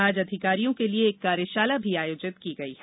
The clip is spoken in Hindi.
आज अधिकारियों के लिए एक कार्यशाला भी आयोजित की गई है